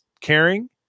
caring